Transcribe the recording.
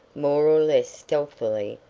more or less stealthily,